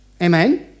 Amen